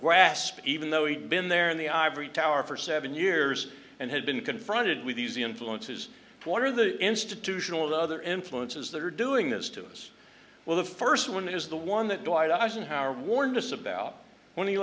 grasp even though he'd been there in the ivory tower for seven years and had been confronted with these influences what are the institutional other influences that are doing this to us well the first one is the one that dwight eisenhower warned us about when he